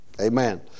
Amen